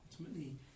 Ultimately